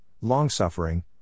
long-suffering